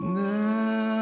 now